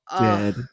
dead